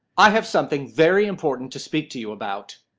i have something very important to speak to you about.